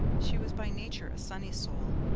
she was by nature a sunny soul,